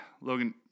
Logan